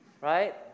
Right